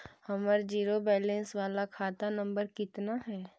हमर zero balance बाला खाता नम्बर कितना है?